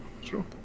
Sure